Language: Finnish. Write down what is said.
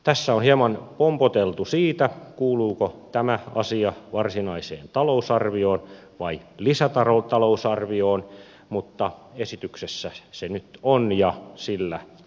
tässä on hieman pompoteltu sitä kuuluuko tämä asia varsinaiseen talousarvioon vai lisätalousarvioon mutta esityksessä se nyt on ja sillä sipuli